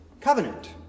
covenant